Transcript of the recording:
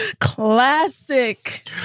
Classic